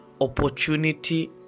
opportunity